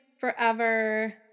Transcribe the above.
forever